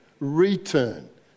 Return